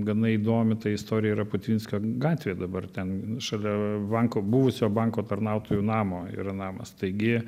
gana įdomi ta istorija yra putvinskio gatvė dabar ten šalia banko buvusio banko tarnautojų namo yra namas taigi